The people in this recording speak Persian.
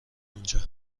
اونجا